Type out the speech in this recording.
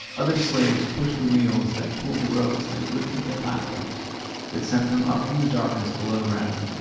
other slaves pushed the wheels that pulled the ropes that lifted the platforms that sent them up from the darkness below ground,